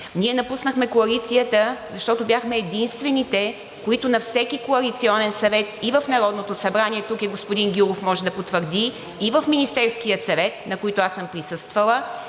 Ние напуснахме коалицията, защото бяхме единствените, които на всеки Коалиционен съвет и в Народното събрание, тук и господин Гюров може да потвърди, и в Министерския съвет, на които аз съм присъствала,